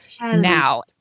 now